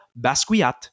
Basquiat